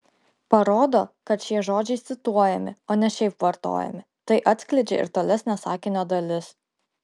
parodo kad šie žodžiai cituojami o ne šiaip vartojami tai atskleidžia ir tolesnė sakinio dalis